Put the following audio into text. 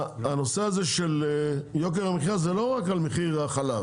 הנושא הזה של יוקר המחייה זה לא רק על מחיר החלב,